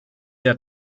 der